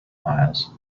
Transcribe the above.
miles